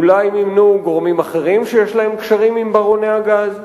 אולי מימנו גורמים אחרים שיש להם קשרים עם ברוני הגז.